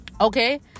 okay